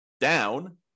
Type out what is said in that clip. down